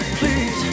please